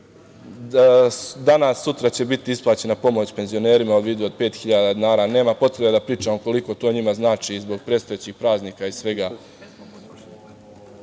Danas, sutra će biti isplaćena pomoć penzionerima u vidu od 5.000 dinara. Nema potrebe da pričamo koliko to njima znači i zbog predstojećih praznika i svega.